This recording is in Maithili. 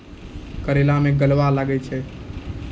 करेला मैं गलवा लागे छ?